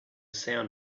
sound